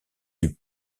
eût